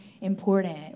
important